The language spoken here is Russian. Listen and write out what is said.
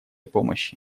помощи